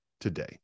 today